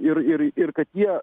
ir ir ir kad jie